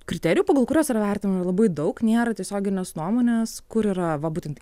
kriterijų pagal kuriuos yra vertinami labai daug nėra tiesioginės nuomonės kur yra va būtent